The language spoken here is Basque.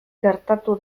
gertatu